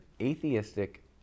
atheistic